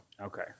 Okay